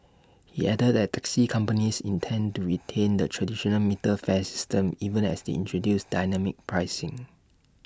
he added that taxi companies intend to retain the traditional metered fare system even as they introduce dynamic pricing